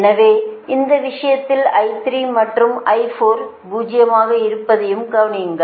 எனவே இந்த விஷயத்தில் I3 மற்றும் I4 பூஜ்ஜியமாக இருப்பதையும் கவனியுங்கள்